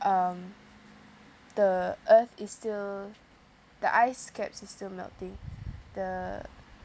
um the earth is still the ice caps is still melting the